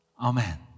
Amen